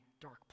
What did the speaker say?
dark